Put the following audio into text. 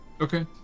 okay